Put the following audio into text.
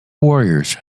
warriors